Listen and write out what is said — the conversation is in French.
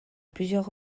plusieurs